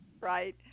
right